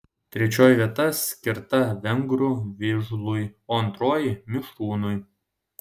trečioji vieta skirta vengrų vižlui o antroji mišrūnui